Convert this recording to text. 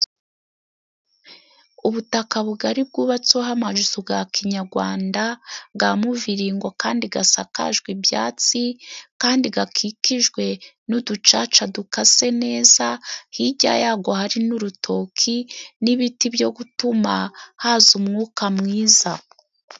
Ubutaka bugari bwubatsweho amazu ga kinyagwanda ga muviriingo kandi gasakajwe ibyatsi, kandi gakikijwe n'uducaca dukase neza. Hirya yago hari n'urutoki n'ibiti byo gutuma haza umwuka mwiza.